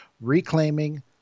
reclaiming